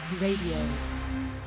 Radio